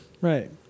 Right